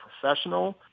professional